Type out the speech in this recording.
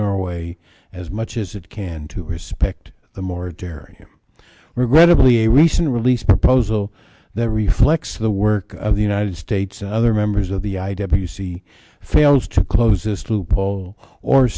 norway as much as it can to respect the more dairy regrettably a recent release proposal that reflects the work of the united states and other members of the i w c fails to close this loophole or